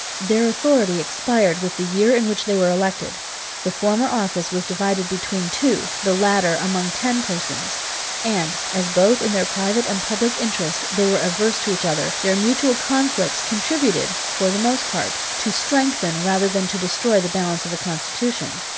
their authority expired with the year in which they were elected the former office was divided between two, the latter among ten persons and, as both in their private and public interest they were averse to each other, their mutual conflicts contributed, for the most part, to strengthen rather than to destroy the balance of the constitution.